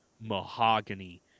mahogany